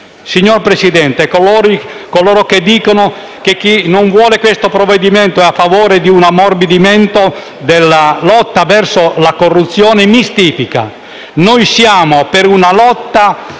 Signor Presidente, coloro che dicono che chi non vuole questo provvedimento è a favore di un ammorbidimento della lotta contro la corruzione mistifica: noi siamo per una lotta